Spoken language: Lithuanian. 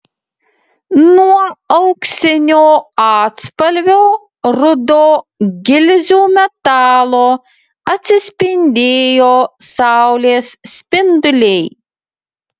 nuo auksinio atspalvio rudo gilzių metalo atsispindėjo saulės spinduliai